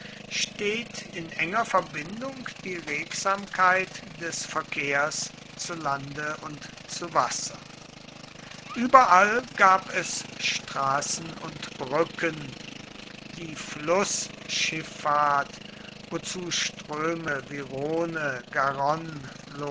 steht in enger verbindung die regsamkeit des verkehrs zu lande und zu wasser überall gab es straßen und brücken die flußschiffahrt wozu ströme